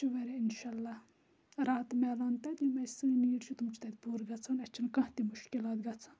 اَسہِ چھُ وارِیاہ اِنشاء اَللہ راحَت مِیلان تَتہِ یِم اَسہِ سٲنۍ نیڈ چھُ تِم چھِ تَتہِ پورٕ گَژھان اَسہِ چھِنہٕ کانٛہہ تہِ مُشکِلات گَژھان